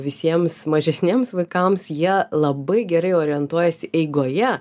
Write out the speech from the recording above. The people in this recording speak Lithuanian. visiems mažesniems vaikams jie labai gerai orientuojasi eigoje